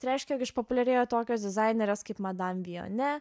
tai reiškia jog išpopuliarėjo tokios dizainerės kaip madam vijone